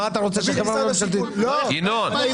ינון,